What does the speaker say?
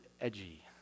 edgy